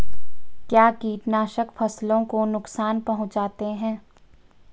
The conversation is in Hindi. क्या कीटनाशक फसलों को नुकसान पहुँचाते हैं?